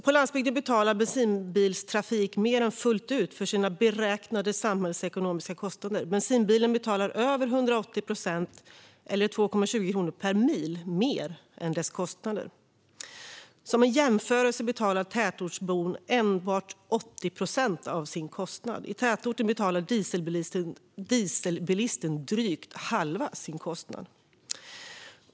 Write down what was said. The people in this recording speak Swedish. På landsbygden betalar bensinbilstrafiken mer än fullt ut för sina beräknade samhällsekonomiska kostnader. Bensinbilen betalar över 180 procent av - eller 2,20 kronor per mil mer än - sina kostnader. Som en jämförelse betalar tätortsbon enbart 80 procent av sin kostnad. I tätorten betalar dieselbilisten drygt halva sin kostnad.